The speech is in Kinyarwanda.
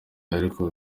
ariko